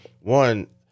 one